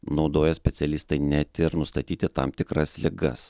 naudoja specialistai net ir nustatyti tam tikras ligas